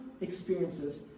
experiences